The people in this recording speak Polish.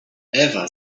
ewa